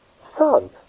Son